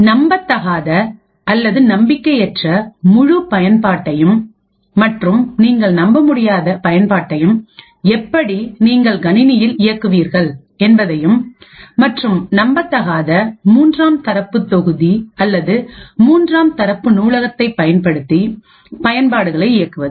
நம்பத்தகாத அல்லது நம்பிக்கையற்ற முழு பயன்பாட்டையும் மற்றும் நீங்கள் நம்பமுடியாத பயன்பாட்டையும் எப்படி நீங்கள் கணினியில் இயக்குவீர்கள் என்பதையும் மற்றும்நம்பத்தகாத மூன்றாம் தரப்பு தொகுதி அல்லது மூன்றாம் தரப்பு நூலகத்தை பயன்படுத்தி பயன்பாடுகளை இயக்குவது